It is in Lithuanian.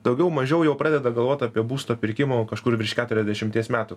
daugiau mažiau jau pradeda galvot apie būsto pirkimą kažkur virš keturiasdešimties metų